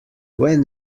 when